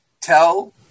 tell